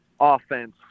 offense